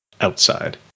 outside